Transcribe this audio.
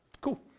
Cool